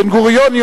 בן-גוריון,